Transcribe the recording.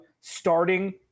starting